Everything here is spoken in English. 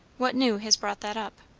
what new has brought that up?